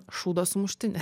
šūdo sumuštinį